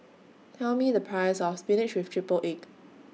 Tell Me The Price of Spinach with Triple Egg